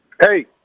hey